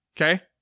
Okay